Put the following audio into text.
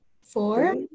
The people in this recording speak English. Four